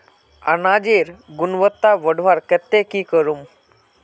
अनाजेर गुणवत्ता बढ़वार केते की करूम?